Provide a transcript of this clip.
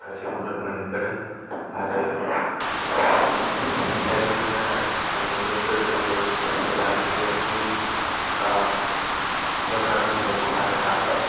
माखासे मदद मोनबोदों आरो माखासे अनसुंथायबो मोननो हादों मोननैबो गोदोबो जेब्ला बि पि एफ नि सरकार समावबो आरो दाबो